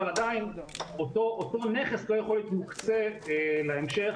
עדיין אותו נכס לא יכול להיות מוקצה להמשך,